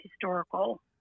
historical